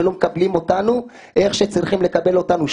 שלא מקבלים אותנו איך שצריכים לקבל אותנו,